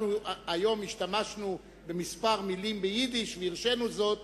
אנחנו היום השתמשנו בכמה מלים ביידיש והרשינו זאת,